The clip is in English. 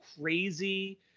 crazy